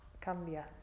cambia